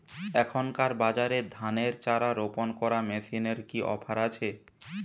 এখনকার বাজারে ধানের চারা রোপন করা মেশিনের কি অফার আছে?